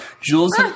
Jules